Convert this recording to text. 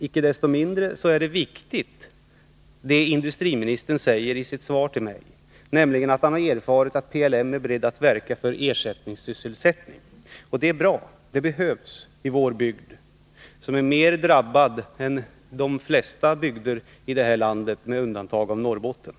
Icke desto mindre är det viktigt, som industriministern säger i sitt svar till mig, att han har erfarit att PLM är beredd att verka för ersättningssysselsättning. Det är bra. Det behövs i vår bygd, som är mera drabbad än de flesta bygder här i ! landet med undantag av Norrbotten.